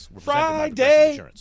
Friday